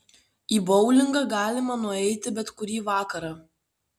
į boulingą galima nueiti bet kurį vakarą